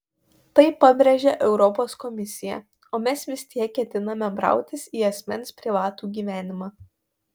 tai pabrėžia europos komisija o mes vis tiek ketiname brautis į asmens privatų gyvenimą